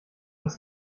das